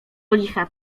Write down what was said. licha